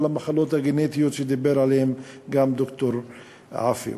המחלות הגנטיות שדיבר עליהן גם ד"ר עפו,